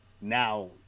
now